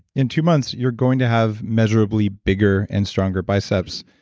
in two months, you're going to have measurably bigger and stronger biceps.